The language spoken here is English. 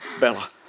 Bella